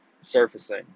surfacing